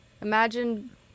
imagine